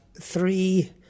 three